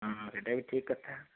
ହଁ ସେଇଟା ବି ଠିକ୍ କଥା